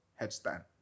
Headstand